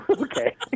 okay